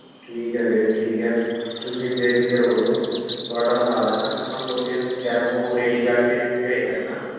ਠੀਕ ਹੈ ਵੀਰੇ ਠੀਕ ਹੈ ਤੁਸੀਂ ਬੇਫ਼ਿਕਰ ਹੋ ਜਾਉ ਤੁਹਾਡਾ ਬਣਾ ਦਿੰਦਾ ਮੈਂ ਤੁਹਾਨੂੰ ਦੋ ਤਿੰਨ ਡੈਮੋ ਰੇਡੀ ਕਰ ਕੇ ਭੇਜ ਦਿੰਦਾ